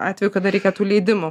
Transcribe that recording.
atvejų kada reikia tų leidimų